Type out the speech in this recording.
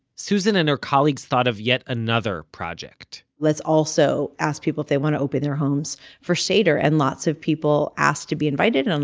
susan and her colleagues thought of yet another project let's also ask people if they want to open their homes for seder and lots of people asked to be invited, um